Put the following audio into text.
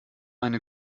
eine